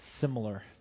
similar